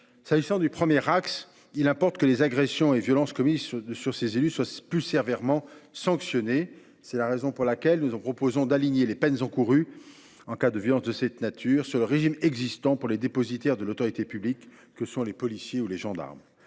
S’agissant du premier axe, il importe que les agressions et violences commises sur les élus locaux soient plus sévèrement sanctionnées. C’est la raison pour laquelle nous avons proposé d’aligner les peines encourues en cas de violences commises sur les élus locaux sur le régime existant pour les dépositaires de l’autorité publique que sont les policiers ou les gendarmes.